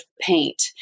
paint